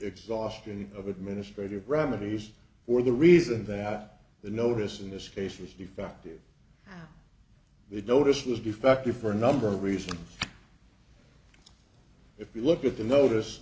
exhaustion of administrative remedies for the reason that the notice in this case is defective the notice was defective for a number of reasons if you look at the notice